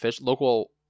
local